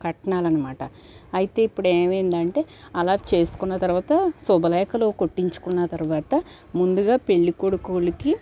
కట్నాలనమాట అయితే ఇప్పుడేవైందంటే అలా చేసుకున్న తర్వాత శుభలేఖలు కొట్టించుకున్న తర్వాత ముందుగా పెళ్లికొడుకోళ్ళకి